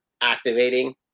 activating